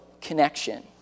connection